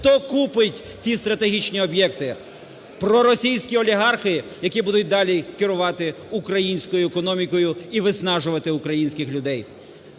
Хто купить ці стратегічні об'єкти? Проросійські олігархи, які будуть далі керувати українською економікою і виснажувати українських людей.